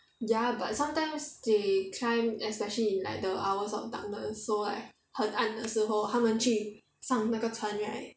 ya but sometimes they climb especially in like the hours of darkness so like 很暗的时候他们去上那个船 right